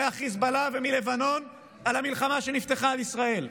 מחיזבאללה ומלבנון על המלחמה שנפתחה על ישראל?